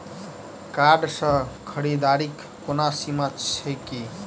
Card सँ खरीददारीक कोनो सीमा छैक की?